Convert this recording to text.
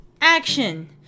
Action